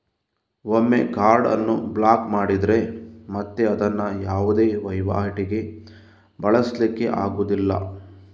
ಒಮ್ಮೆ ಕಾರ್ಡ್ ಅನ್ನು ಬ್ಲಾಕ್ ಮಾಡಿದ್ರೆ ಮತ್ತೆ ಅದನ್ನ ಯಾವುದೇ ವೈವಾಟಿಗೆ ಬಳಸ್ಲಿಕ್ಕೆ ಆಗುದಿಲ್ಲ